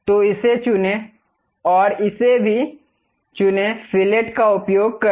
तो इसे चुनें और इसे भी चुनेंफिलेट का उपयोग करें